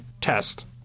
test